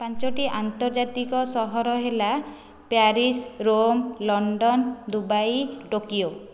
ପାଞ୍ଚୋଟି ଆନ୍ତର୍ଜାତିକ ସହର ହେଲା Paris Rome London Dubai Tokyo